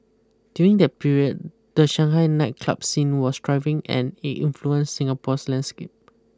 during that period the Shanghai nightclub scene was thriving and it influence Singapore's landscape